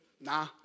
nah